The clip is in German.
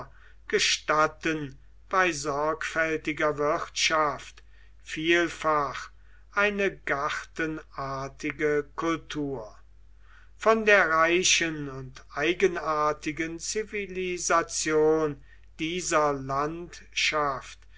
gestatten bei sorgfältiger wirtschaft vielfach eine gartenartige kultur von der reichen und eigenartigen zivilisation dieser landschaft